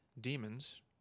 demons